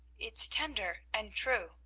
it's tender and true,